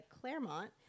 Claremont